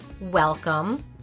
welcome